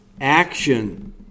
action